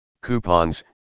coupons